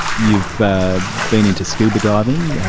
you've been into scuba diving, yeah